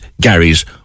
Gary's